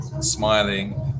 smiling